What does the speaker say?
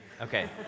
Okay